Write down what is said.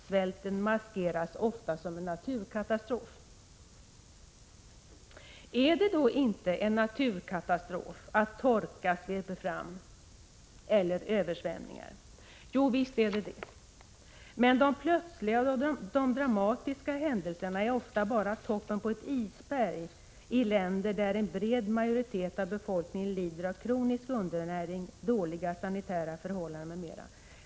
Svälten maskeras ofta som naturkatastrof.” Är det då inte en naturkatastrof att torka sveper fram eller att det förekommer översvämningar? Jo, visst är det så. Men de plötsliga, dramatiska händelserna är ofta bara toppen på ett isberg i länder där en bred majoritet av befolkningen lider av kronisk undernäring, dåliga sanitära förhållanden m.m.